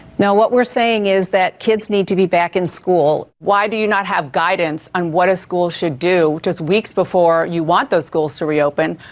no, what we're saying is that kids need to be back in school. why do you not have guidance on what a school should do just weeks before you want those schools to reopen?